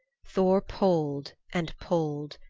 thor pulled and pulled.